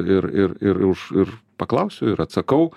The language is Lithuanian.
ir ir ir už ir paklausiu ir atsakau